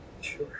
Sure